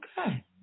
Okay